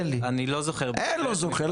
אני לא זוכר בעל פה.